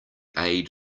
aid